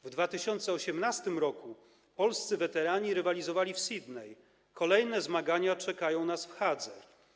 W 2018 r. polscy weterani rywalizowali w Sydney, kolejne zmagania czekają nas w Hadze.